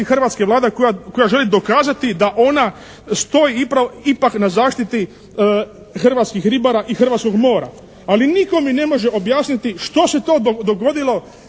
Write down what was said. hrvatske Vlade koja želi dokazati da ona stoji ipak na zaštiti hrvatskih ribara i hrvatskog mora. Ali nitko mi ne može objasniti što se to dogodilo